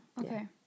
okay